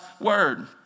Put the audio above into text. word